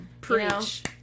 preach